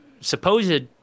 supposed